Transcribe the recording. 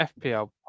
FPL